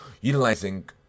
Utilizing